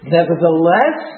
Nevertheless